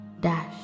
dash